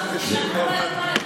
ליטול ידיים של שחרית.